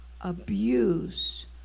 abuse